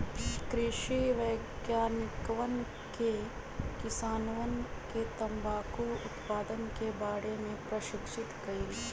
कृषि वैज्ञानिकवन ने किसानवन के तंबाकू उत्पादन के बारे में प्रशिक्षित कइल